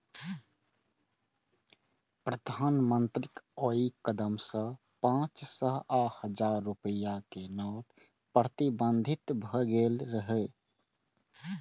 प्रधानमंत्रीक ओइ कदम सं पांच सय आ हजार रुपैया के नोट प्रतिबंधित भए गेल रहै